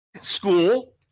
school